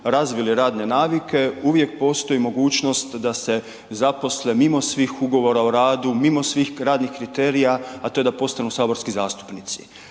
razvili radne navike uvijek postoji mogućnost da se zaposle mimo svih Ugovora o radu, mimo svih radnih kriterija, a to je da postanu saborski zastupnici.